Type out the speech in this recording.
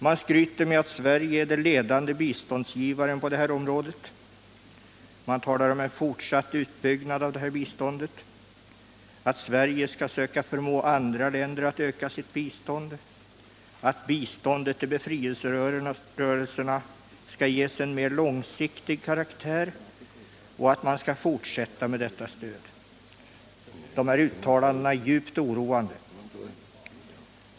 Man skryter med att Sverige är den ledande biståndsgivaren på detta område. Man talar om en fortsatt utbyggnad av detta bistånd, att Sverige skall söka förmå andra länder att öka sitt bistånd, att biståndet till befrielserörelserna skall ges en mer långsiktig karaktär och att man skall fortsätta med detta stöd. Dessa uttalanden är djupt oroande.